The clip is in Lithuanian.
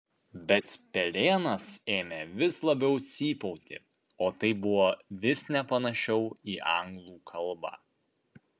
bet pelėnas ėmė vis labiau cypauti o tai buvo vis nepanašiau į anglų kalbą